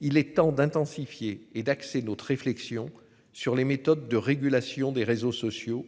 Il est temps d'intensifier et d'axer notre réflexion sur les méthodes de régulation des réseaux sociaux